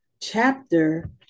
chapter